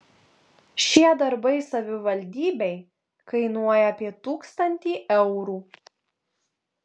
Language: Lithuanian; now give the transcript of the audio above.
šie darbai savivaldybei kainuoja apie tūkstantį eurų